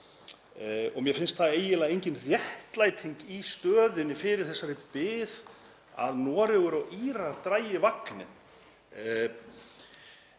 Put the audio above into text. og mér finnst það eiginlega engin réttlæting í stöðunni fyrir þessari bið að Noregur og Írar dragi vagninn.